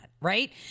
Right